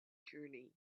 journey